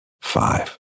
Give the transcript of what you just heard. five